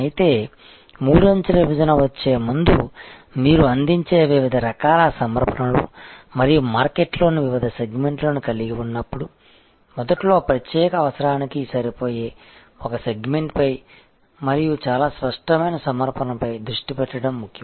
అయితే మూడు అంచెల విభజన వచ్చే ముందుమీరు అందించే వివిధ రకాల సమర్పణలు మరియు మార్కెట్లోని వివిధ సెగ్మెంట్ లను కలిగి ఉన్నప్పుడు మొదట్లో ఆ ప్రత్యేక అవసరానికి సరిపోయే ఒక సెగ్మెంట్ పై మరియు చాలా స్పష్టమైన సమర్పణపై దృష్టి పెట్టడం ముఖ్యం